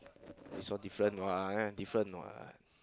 this one different what different what